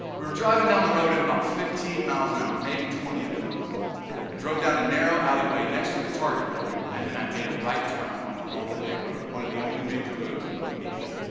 we were driving down the road at about fifteen miles an hour maybe twenty at the most i drove down a narrow alleyway next to the target building and then i made a right turn on the hallway, big road one of the only major roads in mogadishu